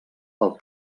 pel